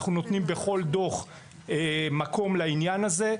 אנחנו נותנים בכל דוח מקום לעניין הזה,